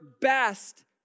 best